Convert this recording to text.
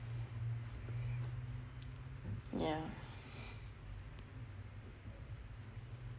yah